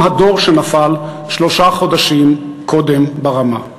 הדור שנפל שלושה חודשים קודם ברמה.